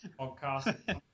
podcast